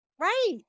Right